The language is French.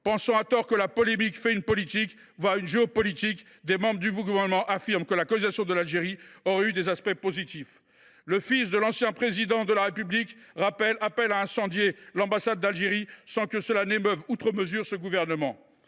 Pensant à tort que la polémique fait une politique, voire une géopolitique, des ministres affirment que la colonisation de l’Algérie aurait eu des aspects positifs, tandis que le fils d’un ancien Président de la République appelle à incendier l’ambassade d’Algérie, sans que cela émeuve outre mesure le Gouvernement.